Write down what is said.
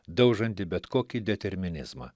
daužanti bet kokį determinizmą